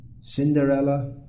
Cinderella